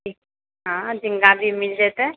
हँ जिंगा भी मिल जेतै